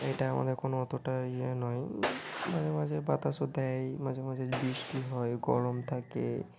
এটা আমাদের এখন অতোটা আর ইয়েও নয় মাঝে মাঝে বাতাসও দেয় মাঝে মাঝে বৃষ্টি হয় গরম থাকে